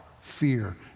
fear